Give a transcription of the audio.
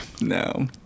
No